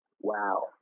Wow